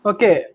Okay